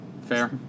fair